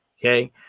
okay